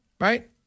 right